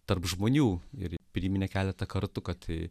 tarp žmonių ir priminė keletą kartų kad